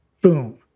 boom